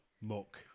Muck